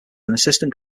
assistant